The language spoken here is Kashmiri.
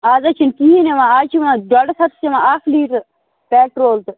اَز حظ چھُ نہٕ کِہیٖنٛۍ یِوان اَز چھِ یِوان ڈۄڈَس ہَتَس چھِ یِوان اَکھ لیٖٹَر پیٹرول تہٕ